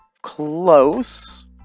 close